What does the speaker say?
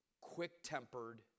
quick-tempered